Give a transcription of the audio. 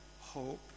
hope